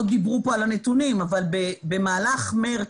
לא דיברו פה על הנתונים אבל במהלך מרס,